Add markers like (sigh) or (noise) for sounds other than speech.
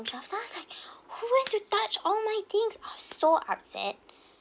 I was just like (breath) who went to touch all my things I was so upset (breath)